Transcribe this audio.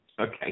Okay